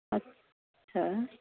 আচ্ছা